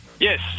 Yes